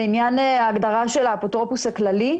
לעניין ההגדרה "האפוטרופוס הכללי"